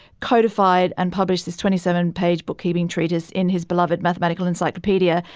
codified and published this twenty seven page bookkeeping treatise in his beloved mathematical encyclopedia.